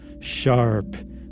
Sharp